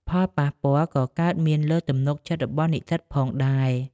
ផលប៉ះពាល់ក៏កើតមានលើ ទំនុកចិត្តរបស់និស្សិត ផងដែរ។